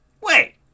Wait